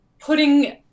putting